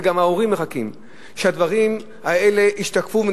וגם ההורים מחכים שהדברים האלה ישתקפו,